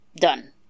Done